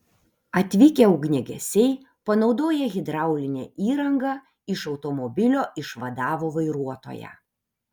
atvykę ugniagesiai panaudoję hidraulinę įrangą iš automobilio išvadavo vairuotoją